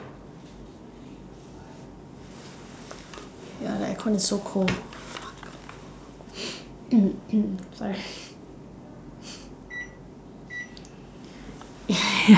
ya the aircon is so cold sorry